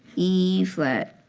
e flat.